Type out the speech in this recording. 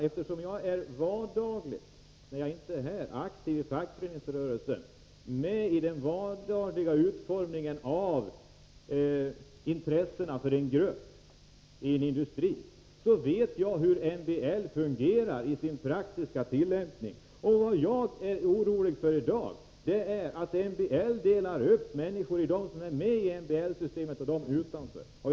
Eftersom jag när jag inte är här i riksdagen är aktiv i fackföreningsrörelsen och med i det vardagliga tillvaratagandet av en grupps intressen i en industri, vet jag hur MBL fungerar i praktisk tillämpning. Vad jag i dag är orolig för är att MBL delar upp människor i en grupp som är med i MBL-systemet och en grupp som är utanför.